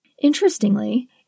Interestingly